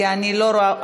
כי אני לא רואה,